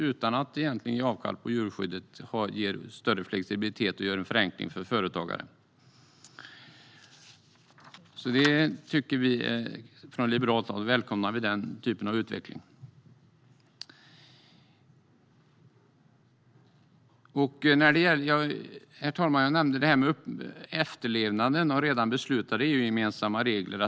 Utan att egentligen ge avkall på djurskyddet ger man större flexibilitet och gör en förenkling för företagaren. Från liberalt håll välkomnar vi den typen av utveckling. Herr talman! Jag nämnde efterlevnaden av redan beslutade EU-gemensamma regler.